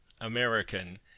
american